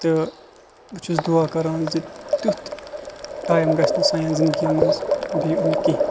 تہٕ بہٕ چھُس دُعا کران زِ تیُتھ ٹایم گژھِ نہٕ سانٮ۪ن زنٛدگین منٛز بیٚیہِ یُن کیٚنٛہہ